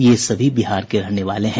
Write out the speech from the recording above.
ये सभी बिहार के रहने वाले हैं